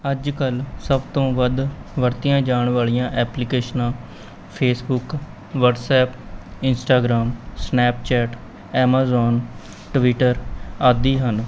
ਅੱਜ ਕੱਲ੍ਹ ਸਭ ਤੋਂ ਵੱਧ ਵਰਤੀਆਂ ਜਾਣ ਵਾਲੀਆਂ ਐਪਲੀਕੇਸ਼ਨਾਂ Facebook WhatsApp Instagram Snapchat Amazon Twitter ਆਦਿ ਹਨ